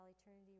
eternity